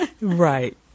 Right